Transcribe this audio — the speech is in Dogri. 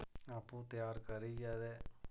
आपूं त्यार करियै ते